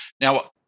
Now